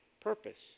purpose